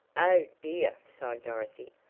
oh, dear! sighed dorothy,